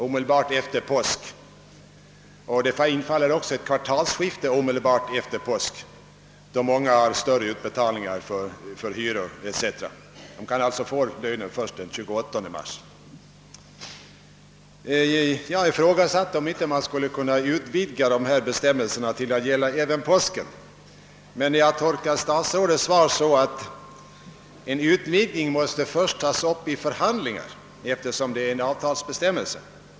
Omedelbart efter påsk infaller också ett kvartalsskifte, då många har större utbetalningar för. hyror etc. Tjänstemännen. kan få lönen först den tjugoåttonde mars. Jag har ifrågasatt om inte de aktuella bestämmelserna skulle kunna utvidgas till att gälla även påsken. Jag tolkar emellertid statsrådets svar så, att frågan om en utvidgning först måste tas upp i förhandlingar, eftersom det gäller en avtalsbestämmelse.